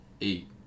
eight